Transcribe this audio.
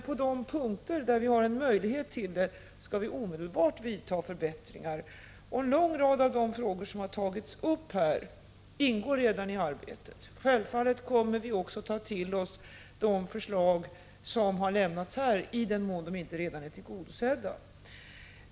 På de punkter där vi har möjlighet till detta skall vi omedelbart vidta förbättringar. En lång rad av de frågor som har tagits upp här ingår redan i detta arbete. Självfallet kommer vi också att beakta de förslag som har lämnats här, i den mån de inte redan är tillgodosedda.